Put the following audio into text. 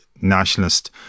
nationalist